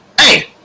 Hey